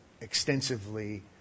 extensively